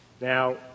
Now